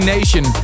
Nation